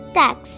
tax